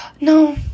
No